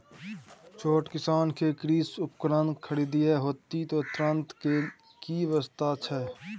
छोट किसान के कृषि उपकरण खरीदय हेतु ऋण के की व्यवस्था छै?